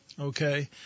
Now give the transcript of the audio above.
Okay